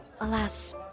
Alas